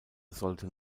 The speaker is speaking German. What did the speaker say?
sollte